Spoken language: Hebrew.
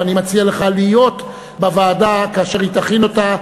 ואני מציע לך להיות בוועדה כאשר היא תכין אותו,